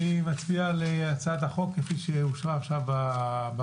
אני מצביע על הצעת החוק כפי שאושרה עכשיו בוועדה.